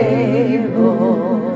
able